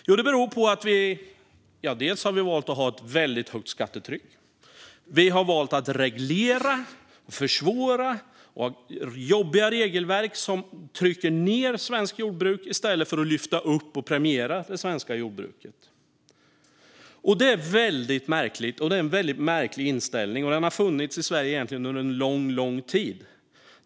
Jo, det beror delvis på att vi har valt att ha ett högt skattetryck. Vi har valt att reglera, försvåra och ha jobbiga regelverk som trycker ned det svenska jordbruket i stället för att lyfta upp och premiera det. Det är en väldigt märklig inställning som har funnits i Sverige under lång tid.